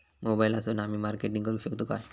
मोबाईलातसून आमी मार्केटिंग करूक शकतू काय?